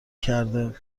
کرده